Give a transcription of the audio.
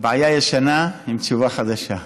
בעיה ישנה עם תשובה חדשה.